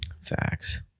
Facts